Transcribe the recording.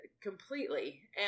completely